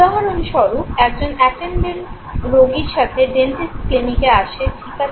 উদাহরণস্বরূপ একজন অ্যাটেনডেন্ট রোগীর সাথে ডেন্টিস্ট ক্লিনিকে আসে ঠিক আছে